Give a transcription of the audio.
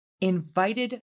invited